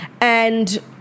And-